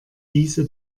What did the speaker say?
diese